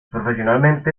profesionalmente